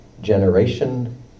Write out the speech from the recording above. generation